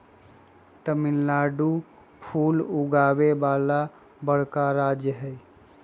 तमिलनाडु फूल उगावे वाला बड़का राज्य हई